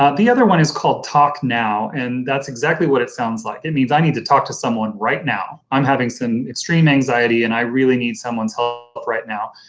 ah the other one is called talk now and that's exactly what it sounds like. it means i need to talk to someone right now, i'm having some extreme anxiety and i really need someone's help but right now.